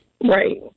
Right